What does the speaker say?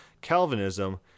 Calvinism